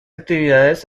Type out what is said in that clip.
actividades